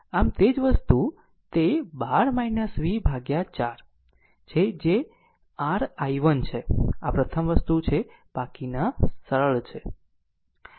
આમ તે જ વસ્તુ આમ તે 12 v 4 છે જે r i1 છે આ પ્રથમ વસ્તુ છે બાકીના સરળ છે